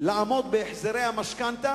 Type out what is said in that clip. לעמוד בהחזרי המשכנתה,